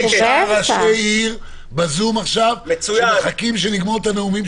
יש חמישה ראשי עיר בזום עכשיו שמחכים שנסיים את הנאומים שלנו.